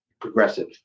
progressive